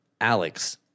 Alex